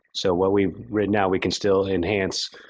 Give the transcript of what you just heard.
so, what we've written now we can still enhance,